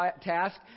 task